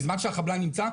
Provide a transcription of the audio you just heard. בזמן שהחבלן נמצא,